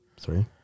Three